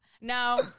Now